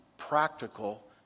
practical